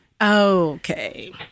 Okay